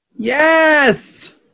yes